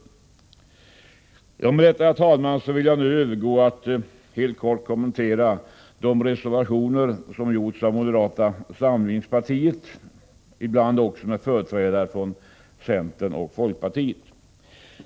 Med detta, herr talman, övergår jag till att helt kort kommentera de reservationer som gjorts av moderata samlingspartiet, ibland också tillsammans med företrädare för centern och folkpartiet.